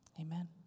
Amen